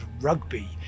Rugby